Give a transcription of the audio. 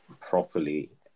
properly